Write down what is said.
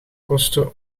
kosten